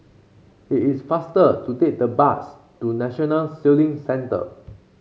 it is faster to take the bus to National Sailing Centre